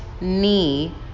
knee